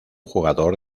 jugador